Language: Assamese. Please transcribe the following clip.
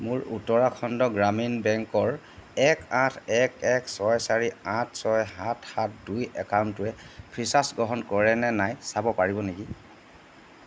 মোৰ উত্তৰাখণ্ড গ্ৰামীণ বেংকৰ এক আঠ এক এক ছয় চাৰি আঠ ছয় সাত সাত দুই একাউণ্টটোৱে ফ্ৰীচাৰ্জ গ্ৰহণ কৰে নে নাই চাব পাৰিব নেকি